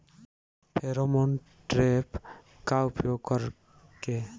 Pheromone trap का उपयोग कर के?